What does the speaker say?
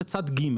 אלא זה צד ג',